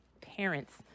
parents